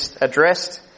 addressed